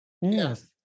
Yes